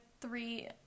three